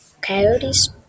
coyotes